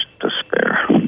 despair